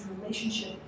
relationship